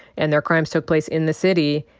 and their crimes took place in the city,